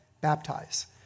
baptize